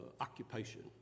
occupation